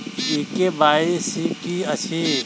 ई KYC की अछि?